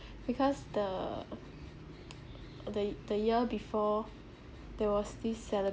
because the the the year before there was this celeb~